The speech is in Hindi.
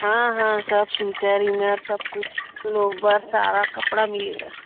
हाँ हाँ सब सुटर इनर सब कुछ लोवर सारा कपड़ा मिलेगा